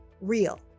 Real